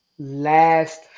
last